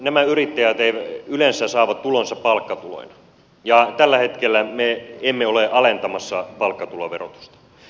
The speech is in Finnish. nämä yrittäjät yleensä saavat tulonsa palkkatuloina ja tällä hetkellä me emme ole alentamassa palkkatuloverotusta